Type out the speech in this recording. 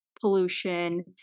pollution